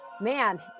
man